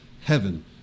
heaven